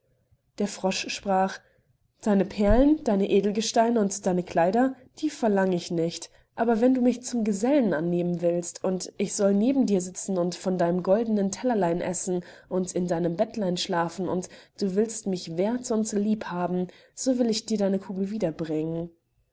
der frosch sprach deine perlen deine edelgesteine und deine kleider die verlang ich nicht aber wenn du mich zum gesellen annehmen willst und ich soll neben dir sitzen und von deinem goldnen tellerlein essen und in deinem bettlein schlafen und du willst mich werth und lieb haben so will ich dir deine kugel